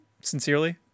sincerely